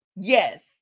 yes